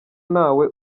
ntawe